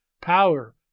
power